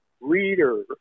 reader